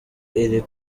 iri